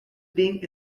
being